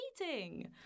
meeting